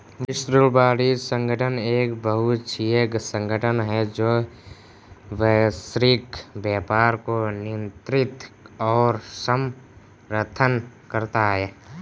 विश्व वाणिज्य संगठन एक बहुपक्षीय संगठन है जो वैश्विक व्यापार को नियंत्रित और समर्थन करता है